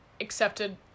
accepted